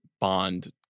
bond